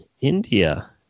India